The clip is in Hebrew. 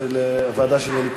חבר הכנסת שמולי.